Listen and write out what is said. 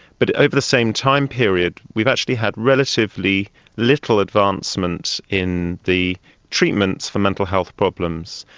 but over the same time period we've actually had relatively little advancement in the treatments for mental health problems.